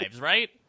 right